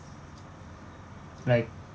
like